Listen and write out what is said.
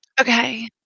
Okay